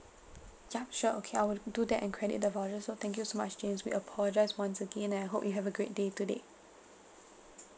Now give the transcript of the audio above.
ya sure okay I will do that and credit the voucher so thank you so much james we apologise once again I hope you have a great day today